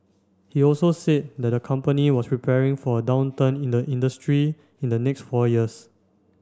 he also said that the company was preparing for a downturn in the industry in the next four years